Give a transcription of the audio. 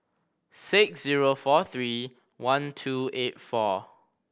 six zero four three one two eight four